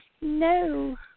no